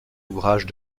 ouvrages